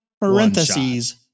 parentheses